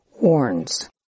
warns